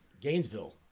Gainesville